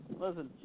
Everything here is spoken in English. Listen